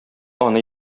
аны